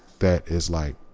that is like